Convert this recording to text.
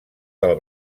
del